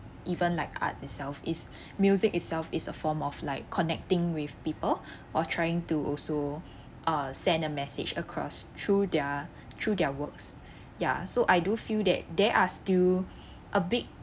even like art itself is music itself is a form of like connecting with people or trying to also uh send a message across through their through their works ya so I do feel that there are still a big